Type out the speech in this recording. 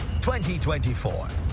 2024